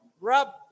rub